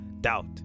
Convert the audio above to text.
doubt